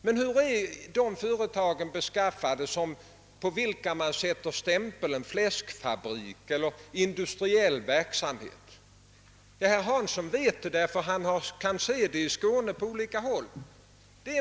Men hur är de företag beskaffade på vilka man sätter stämpeln »fläskfabrik» eller »industriell verksamhet»? Herr Hansson i Skegrie vet det, ty han kan se det på olika håll i Skåne.